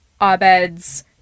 Abed's